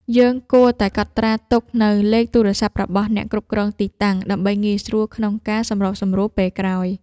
យើងគួរតែកត់ត្រាទុកនូវលេខទូរសព្ទរបស់អ្នកគ្រប់គ្រងទីតាំង ដើម្បីងាយស្រួលក្នុងការសម្របសម្រួលពេលក្រោយ។